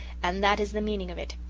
and that is the meaning of it,